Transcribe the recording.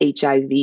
HIV